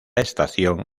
estación